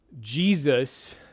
Jesus